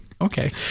okay